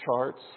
charts